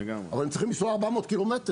אבל הם צריכים לנסוע 400 ק"מ.